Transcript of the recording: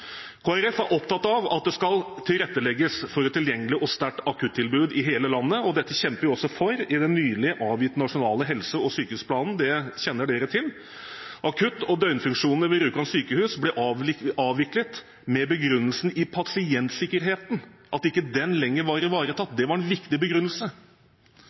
er opptatt av at det skal tilrettelegges for et tilgjengelig og sterkt akuttilbud i hele landet, og dette kjempet vi også for i forbindelse med den nylig avgitte Nasjonal helse- og sykehusplan. Det kjenner en til. Akutt- og døgnfunksjoner ved Rjukan sykehus ble avviklet med begrunnelse i at pasientsikkerheten ikke lenger var ivaretatt. Det var en viktig begrunnelse.